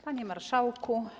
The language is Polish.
Panie Marszałku!